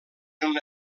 una